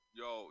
yo